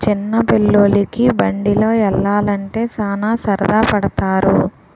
చిన్న పిల్లోలికి బండిలో యల్లాలంటే సాన సరదా పడతారు